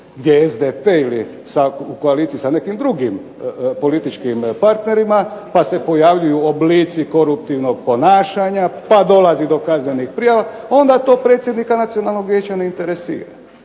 je SDP ili u koaliciji sa nekim drugim političkim partnerima pa se objavljuju oblici koruptivnog ponašanja pa dolazi do kaznenih prijava onda to predsjednika Nacionalnog vijeća ne interesira.